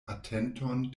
atenton